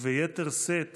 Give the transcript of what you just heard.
וביתר שאת